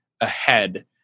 ahead